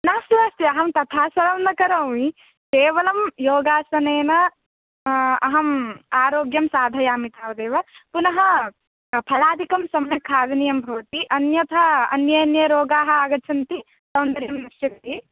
नास्ति नास्ति अहं तथा सर्वं न करोमि केवलं योगासनेन अहम् आरोग्यं साधयामि तावदेव पुनः फलादिकं सम्यक् खादनीयं भवति अन्यथा अन्ये अन्ये रोगाः आगच्छन्ति सौन्दर्यं नश्यति